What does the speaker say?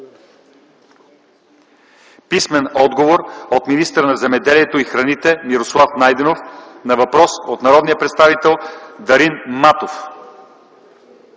Христова; - от министъра на земеделието и храните Мирослав Найденов на въпрос от народния представител Дарин Матов;